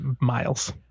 Miles